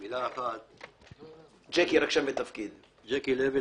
ג'קי לוי,